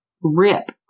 rip